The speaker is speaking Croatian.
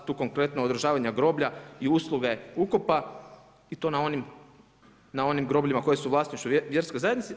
Tu konkretno održavanja groba i usluge ukopa i to na onim grobljima koji su u vlasništvu vjerskoj zajednici.